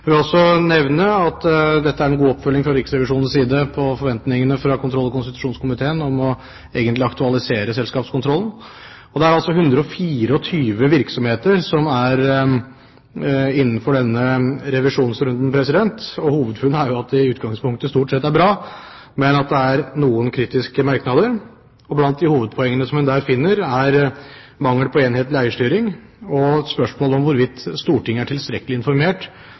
Jeg vil også nevne at dette er en god oppfølging fra Riksrevisjonens side på forventningene fra kontroll- og konstitusjonskomiteen om å aktualisere selskapskontrollen. Det er altså 124 virksomheter som er innenfor denne revisjonsrunden. Hovedfunnet er at det i utgangspunktet stort sett er bra, men at det er noen kritiske merknader. Blant de hovedpoengene som en der finner, er mangel på enhetlig eierstyring og spørsmålet om hvorvidt Stortinget er tilstrekkelig informert